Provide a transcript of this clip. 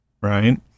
right